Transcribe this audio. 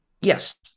Yes